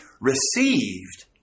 received